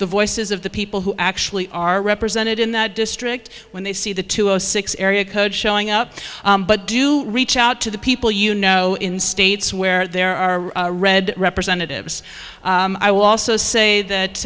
the voices of the people who actually are represented in that district when they see the two zero six area code showing up but do reach out to the people you know in states where there are red representatives i will also say